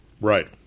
Right